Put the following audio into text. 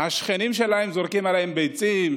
השכנים שלהם זורקים עליהם ביצים,